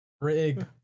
Rig